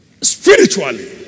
Spiritually